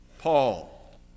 Paul